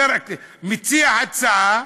מציע הצעה,